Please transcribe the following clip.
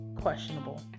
questionable